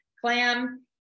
clam